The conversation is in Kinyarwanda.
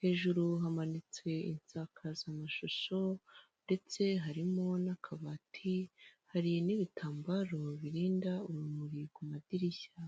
hejuru hamanitse insakazamashusho, ndetse harimo n'akabati, hari n'ibitambaro birinda urumuri ku madirishya.